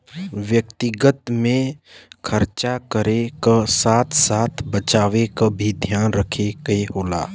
व्यक्तिगत में खरचा करे क साथ साथ बचावे क भी ध्यान रखे क होला